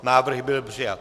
Návrh byl přijat.